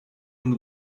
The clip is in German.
und